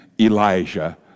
Elijah